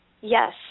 Yes